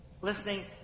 Listening